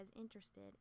interested